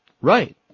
Right